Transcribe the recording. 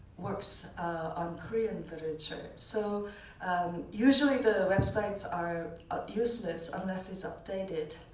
works on korean literature. so usually the websites are useless unless it's updated.